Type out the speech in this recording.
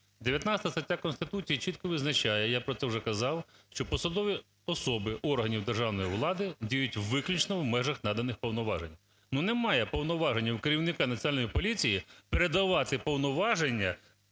19 стаття Конституції чітко визначає, я про це вже казав, що посадові особи органів державної влади діють виключно в межах наданих повноважень. Немає повноважень у керівника Національної поліції передавати повноваження